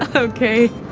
ok.